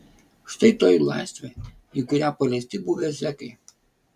štai toji laisvė į kurią paleisti buvę zekai